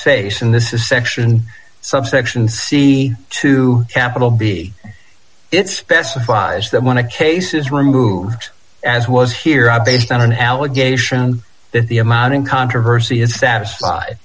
face in this is section subsection c two capital b it's specifies that when a case is removed as was here are based on an allegation that the amount in controversy is satisfied